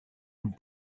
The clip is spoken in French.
une